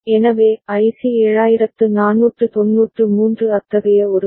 எனவே ஐசி 7493 அத்தகைய ஒரு ஐ